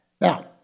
Now